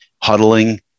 huddling